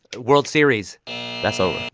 world series that's so